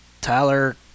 Tyler